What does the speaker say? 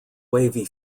wavy